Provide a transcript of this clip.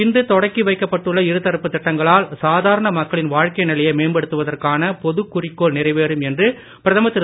இன்று தொடக்கிவைக்கப் பட்டுள்ள இருதரப்பு திட்டங்களால் சாதாரண மக்களின் வாழ்க்கை நிலையை மேம்படுத்துவதற்கான பொதுக் குறிக்கோள் நிறைவேறும் என்று பிரதமர் திரு